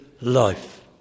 life